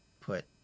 put